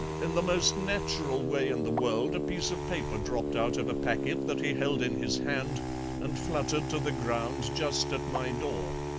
in the most natural way in the world a piece of paper dropped out of a packet that he held in his hand and fluttered to the ground just at my door.